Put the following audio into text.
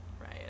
right